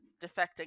defecting